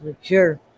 Sure